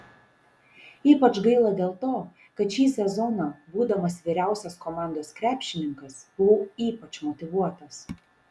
ypač gaila dėl to kad šį sezoną būdamas vyriausias komandos krepšininkas buvau ypač motyvuotas